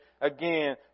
again